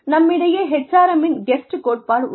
நம்மிடையே HRM -இன் Guest கோட்பாடு உள்ளது